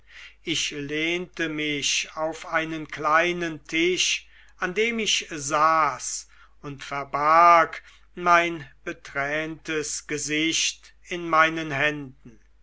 ich lehnte mich auf einen kleinen tisch an dem ich saß und verbarg mein beträntes gesicht in meinen händen